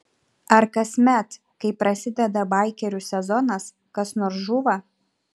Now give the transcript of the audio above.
ar kasmet kai prasideda baikerių sezonas kas nors žūva